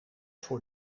voor